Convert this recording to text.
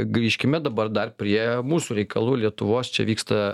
grįžkime dabar dar prie mūsų reikalų lietuvos čia vyksta